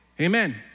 amen